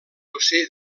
josé